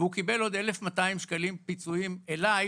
והוא קיבל עוד 1,200 שקלים פיצויים אליי,